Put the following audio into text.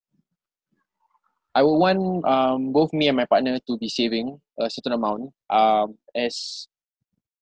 I would want um both me and my partner to be saving a certain amount um as